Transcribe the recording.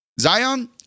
Zion